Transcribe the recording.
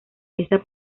esa